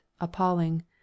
appalling